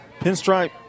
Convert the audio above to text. pinstripe